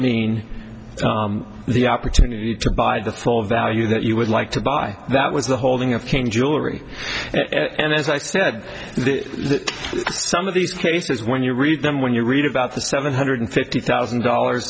mean the opportunity to buy the whole value that you would like to buy that was the holding of king jewelry and as i said some of these cases when you read them when you read about the seven hundred fifty thousand dollars